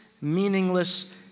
meaningless